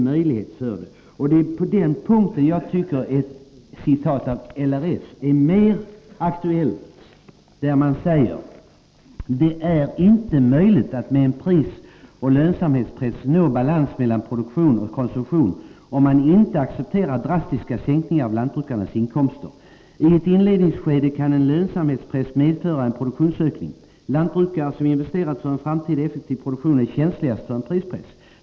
På den punkten tycker jag att det som LRF säger är mer aktuellt: ”Det är inte möjligt att med en prisoch lönsamhetspress nå balans mellan produktion och konsumtion om man inte accepterar drastiska sänkningar av lantbrukarnas inkomster. I ett inledningsskede kan en lönsamhetspress medföra en produktionsökning. Lantbrukare som investerat för en framtida effektiv produktion är 35 känsligast för en prispress.